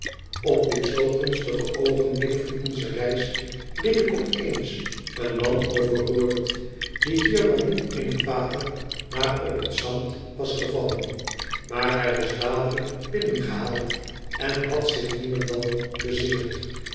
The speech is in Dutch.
op dit zoo gunstige oogenblik van onze reis riep ik op eens een man over boord die hier wel niet in het water maar op het zand was gevallen maar hij was dadelijk binnengehaald en had zich niemendal bezeerd